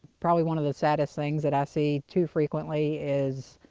probably one of the saddest things that i see too frequently is,